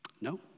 No